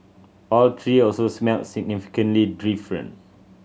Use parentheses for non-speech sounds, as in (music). all three also smelled significantly (unintelligible)